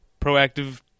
Proactive